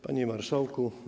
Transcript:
Panie Marszałku!